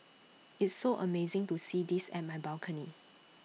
it's so amazing to see this at my balcony